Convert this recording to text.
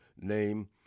name